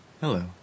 Hello